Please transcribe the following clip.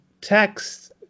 text